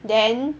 then